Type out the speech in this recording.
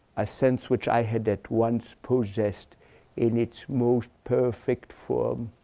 a sense which i had at once possessed in its most perfect form?